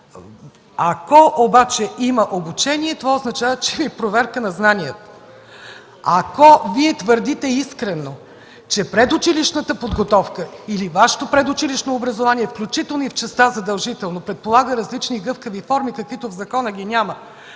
Ако обаче има обучение, това означава, че има и проверка на знанието. Ако Вие твърдите искрено, че предучилищната подготовка или Вашето предучилищно образование, включително и в частта „задължително”, предполага различни гъвкави форми, каквито няма в закона, но